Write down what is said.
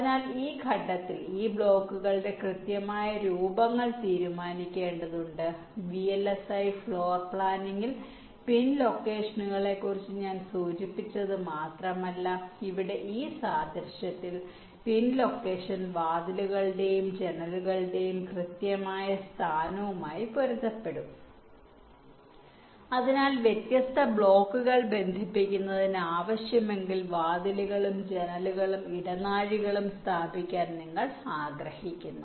അതിനാൽ ഈ ഘട്ടത്തിൽ ഈ ബ്ലോക്കുകളുടെ കൃത്യമായ രൂപങ്ങൾ തീരുമാനിക്കേണ്ടതുണ്ട് വിഎൽഎസ്ഐ ഫ്ലോർ പ്ലാനിംഗിൽ പിൻ ലൊക്കേഷനുകളെക്കുറിച്ച് ഞാൻ സൂചിപ്പിച്ചത് മാത്രമല്ല ഇവിടെ ഈ സാദൃശ്യത്തിൽ പിൻ ലൊക്കേഷൻ വാതിലുകളുടെയും ജനലുകളുടെയും കൃത്യമായ സ്ഥാനവുമായി പൊരുത്തപ്പെടും അതിനാൽ വ്യത്യസ്ത ബ്ലോക്കുകൾ ബന്ധിപ്പിക്കുന്നതിന് ആവശ്യമെങ്കിൽ വാതിലുകളും ജനലുകളും ഇടനാഴികളും സ്ഥാപിക്കാൻ നിങ്ങൾ ആഗ്രഹിക്കുന്നു